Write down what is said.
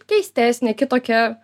keistesnė kitokia